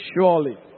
Surely